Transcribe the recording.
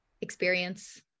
experience